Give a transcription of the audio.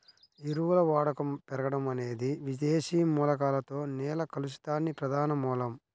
ఎరువుల వాడకం పెరగడం అనేది విదేశీ మూలకాలతో నేల కలుషితానికి ప్రధాన మూలం